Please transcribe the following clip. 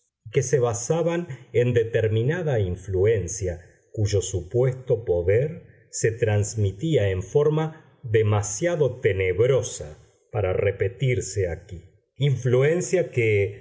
que se basaban en determinada influencia cuyo supuesto poder se transmitía en forma demasiado tenebrosa para repetirse aquí influencia que